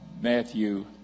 Matthew